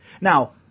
Now